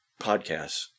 podcasts